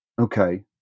Okay